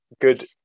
good